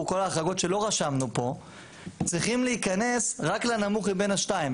כל ההחרגות שלא רשמנו פה צריכים להיכנס רק לנמוך השניים.